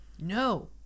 No